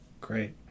Great